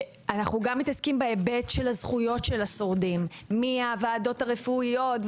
אנחנו גם מתעסקים בהיבטים של זכויות השורדים: ועדות רפואיות,